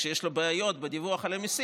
ויש לו בעיות בדיווח על המיסים,